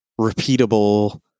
repeatable